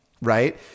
right